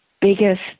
biggest